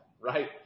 right